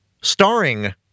starring